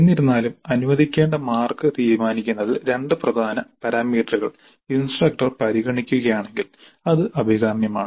എന്നിരുന്നാലും അനുവദിക്കേണ്ട മാർക്ക് തീരുമാനിക്കുന്നതിൽ രണ്ട് പ്രധാന പാരാമീറ്ററുകൾ ഇൻസ്ട്രക്ടർ പരിഗണിക്കുകയാണെങ്കിൽ അത് അഭികാമ്യമാണ്